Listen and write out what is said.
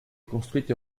reconstruites